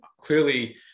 clearly